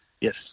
yes